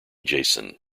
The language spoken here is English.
jason